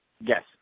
Yes